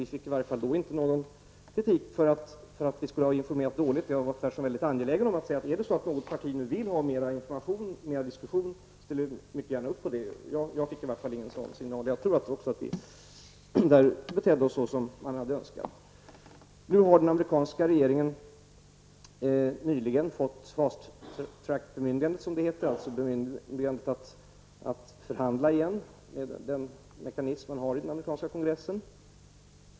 Vi fick då inte någon kritik för att vi skulle ha informerat dåligt. Jag har tvärtom varit mycket angelägen om att säga att om något parti vill ha mera information och diskussion, ställer vi mycket gärna upp, men i varje fall har inte jag fått någon sådan signal. Jag tror att vi betedde oss så som man hade önskat. Den amerikanska regeringen har nyligen fått bemyndigande att förhandla igen enligt den procedur som man har i den amerikanska kongressen.